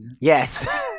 yes